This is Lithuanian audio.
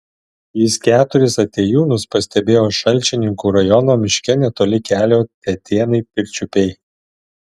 jis keturis atėjūnus pastebėjo šalčininkų rajono miške netoli kelio tetėnai pirčiupiai